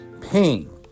pain